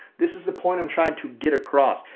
this is the point i'm trying to get across,